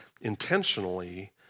intentionally